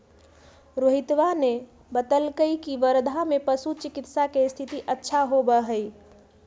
रोहितवा ने बतल कई की वर्धा में पशु चिकित्सा के स्थिति अच्छा होबा हई